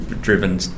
driven